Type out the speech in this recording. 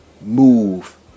move